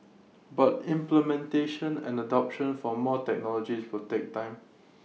but implementation and adoption for more technology will take time